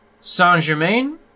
Saint-Germain